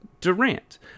Durant